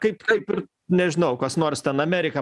kaip kaip ir nežinau kas nors ten amerika